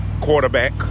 quarterback